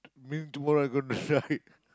means tomorrow I gonna strike